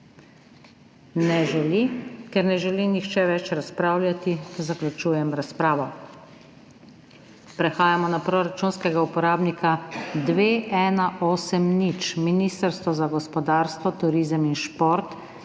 Ne želi. Ker ne želi nihče več razpravljati, zaključujem razpravo. Prehajamo na proračunskega uporabnika 2180 Ministrstvo za gospodarstvo, turizem in šport